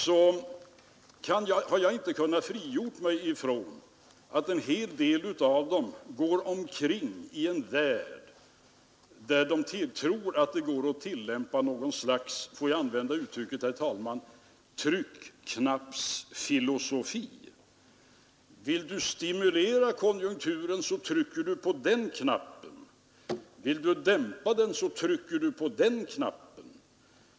Då har jag inte kunnat frigöra mig från tanken att många av dem lever i tron att det går att tillämpa något slags — låt mig använda det ordet, herr talman — tryckknappsfilosofi. Vill du stimulera konjunkturen, så trycker du på den knappen. Vill du dämpa konjunkturen, så trycker du på den knappen.